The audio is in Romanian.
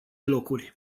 locuri